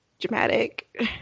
dramatic